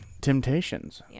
temptations